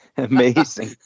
amazing